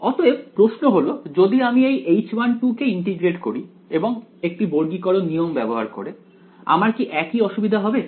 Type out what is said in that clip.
অতএব প্রশ্ন হল যদি আমি এই H1 কে ইন্টিগ্রেট করি একটি বর্গীকরণ নিয়ম ব্যবহার করে আমার কি একই অসুবিধা হবে